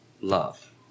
love